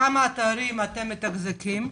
כמה אתרים אתם מתחזקים?